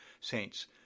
saints